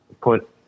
put